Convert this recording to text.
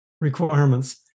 requirements